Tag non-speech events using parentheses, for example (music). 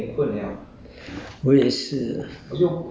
(breath) 有一点点想要去睡觉